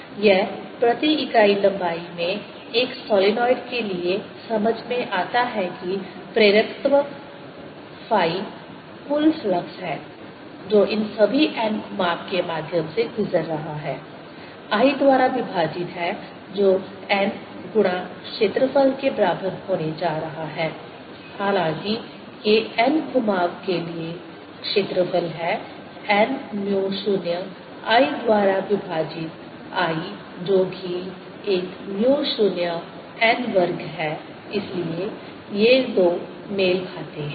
a0n2I2212LI2 or La0n2 यह प्रति इकाई लंबाई में एक सोलनॉइड के लिए समझ में आता है कि प्रेरकत्व फ़ाई कुल फ्लक्स है जो इन सभी n घुमाव के माध्यम से गुजर रहा है I द्वारा विभाजित है जो n गुणा क्षेत्रफल के बराबर होने जा रहा है हालांकि ये n घुमाव के लिए क्षेत्रफल है n म्यू 0 I द्वारा विभाजित I जो कि एक म्यू 0 n वर्ग है इसलिए ये दो मेल खाते हैं